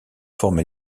forme